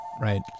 Right